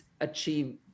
achieve